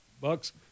Bucks